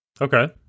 Okay